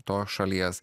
tos šalies